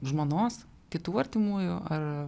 žmonos kitų artimųjų ar